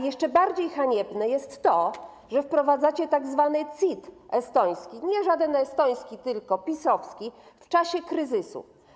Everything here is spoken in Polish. Jeszcze bardziej haniebne jest to, że wprowadzacie tzw. estoński CIT - nie żaden estoński, tylko PiS-owski - w czasie kryzysu.